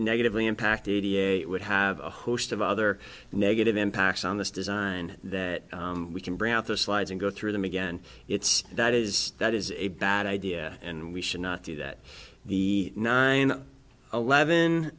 negatively impacted it would have a host of other negative impacts on this design that we can bring out the slides and go through them again it's that is that is a bad idea and we should not do that the nine eleven